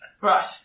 right